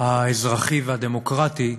האזרחי והדמוקרטי,